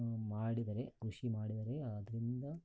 ಮಾಡಿದರೆ ಕೃಷಿ ಮಾಡಿದರೆ ಅದರಿಂದ